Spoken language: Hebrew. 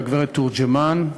ולגברת תורג'מן,